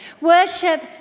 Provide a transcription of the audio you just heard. Worship